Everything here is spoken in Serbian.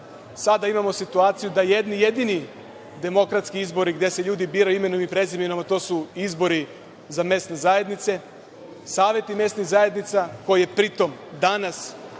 sada imamo situaciju da jedni jedini demokratski izbori gde se ljudi biraju imenom i prezimenom, a to su izbori za mesne zajednice, saveti mesnih zajednica koje danas,